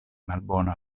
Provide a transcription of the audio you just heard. malbona